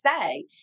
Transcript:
say